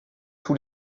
tous